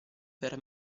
per